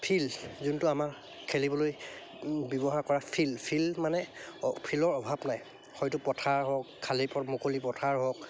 field যোনটো আমাৰ খেলিবলৈ ব্যৱহাৰ কৰা ফিল্ড ফিল্ড মানে ফিল্ডৰ অভাৱ নাই হয়টো পথাৰ হওক খালী মুকলি পথাৰ হওক